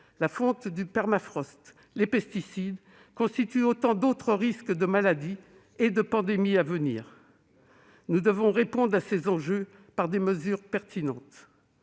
la fonte du permafrost ou les pesticides, portent en eux autant d'autres risques de maladies et de pandémies à venir. Nous devons répondre à ces enjeux par des mesures pertinentes.